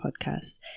podcast